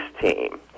team